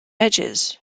edges